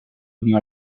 unió